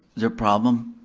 there a problem?